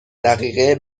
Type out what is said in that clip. دقیقه